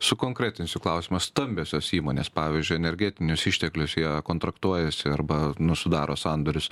sukonkretinsiu klausimą stambiosios įmonės pavyzdžiui energetinius išteklius jie kontraktuojasi arba nu sudaro sandorius